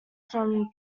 from